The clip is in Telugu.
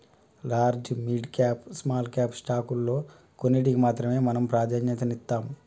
large, mid cap, small cap స్టాకుల్లో కొన్నిటికి మాత్రమే మనం ప్రాధన్యతనిత్తాం